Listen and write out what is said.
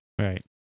Right